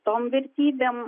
tom vertybėm